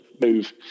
move